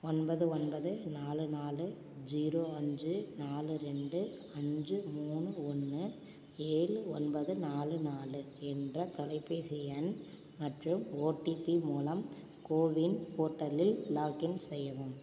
ஒன்பது ஒன்பது நாலு நாலு ஜீரோ அஞ்சு நாலு ரெண்டு அஞ்சு மூணு ஒன்று ஏழு ஒன்பது நாலு நாலு என்ற தொலைபேசி எண் மற்றும் ஓடிபி மூலம் கோவின் போர்ட்டலில் லாகின் செய்யவும்